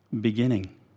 beginning